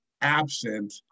absent